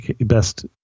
best